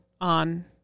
on